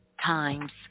times